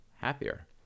happier